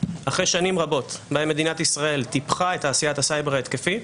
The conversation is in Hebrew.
אחרי שנים רבות שבהן מדינת ישראל טיפחה את תעשיית הסייבר ההתקפית,